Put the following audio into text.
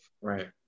right